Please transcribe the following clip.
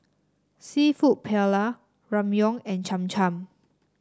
seafood Paella Ramyeon and Cham Cham